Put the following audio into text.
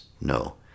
No